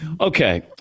Okay